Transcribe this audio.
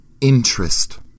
Interest